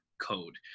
code